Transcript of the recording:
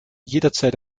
jederzeit